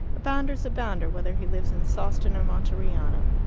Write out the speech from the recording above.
a bounder's a bounder, whether he lives in sawston or monteriano.